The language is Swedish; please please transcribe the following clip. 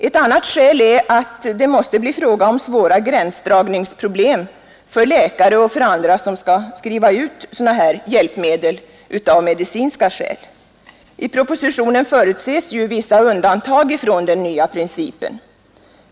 Ett annat skäl är att det måste uppstå gränsdragningsproblem för läkare och andra som skall skriva ut sådana hjälpmedel som patienterna behöver av medicinska skäl. I propositionen förutses vissa undantag från den nya principen.